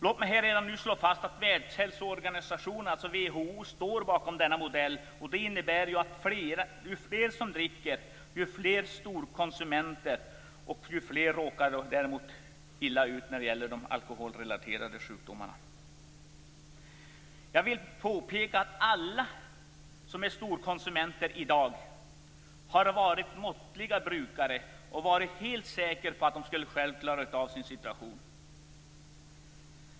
Låt mig redan nu slå fast att Världshälsoorganisationen, WHO, står bakom denna modell. Den innebär att ju fler som dricker, ju fler storkonsumenter det finns, desto fler råkar illa ut när det gäller de alkoholrelaterade sjukdomarna. Jag vill påpeka att alla som i dag är storkonsumenter har varit måttliga brukare. De har varit helt säkra på att de själva skulle klara av sin situation.